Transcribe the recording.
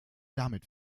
damit